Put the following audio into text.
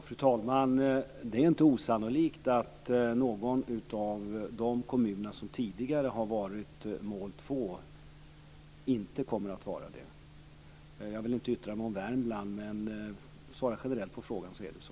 Fru talman! Det är inte osannolikt att någon av de kommuner som tidigare har ingått i ett mål 2-område inte kommer att göra det. Jag vill inte yttra mig om Värmland, men svarar jag generellt på frågan så är det så.